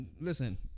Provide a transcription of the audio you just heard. listen